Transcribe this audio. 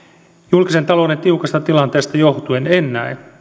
julkisen talouden tiukasta tilanteesta johtuen en näe